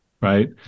right